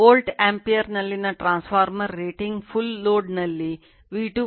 volt ಆಂಪಿಯರ್ನಲ್ಲಿನ transformer rating full ಲೋಡ್ನಲ್ಲಿ V2 I2 ಆಗಿರುತ್ತದೆ